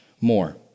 more